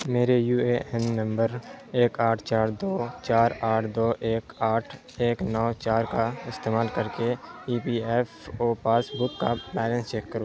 میرے U A N نمبر ایک آٹھ چار دو چار آٹھ دو ایک آٹھ ایک نو چار کا استعمال کر کے E P F O passbook کا بیلنس چیک کرو